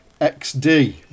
XD